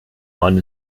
mann